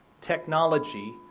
technology